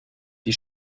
die